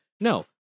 no